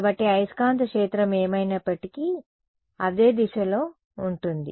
కాబట్టి అయస్కాంత క్షేత్రం ఏమైనప్పటికీ అదే దిశలో ఉంటుంది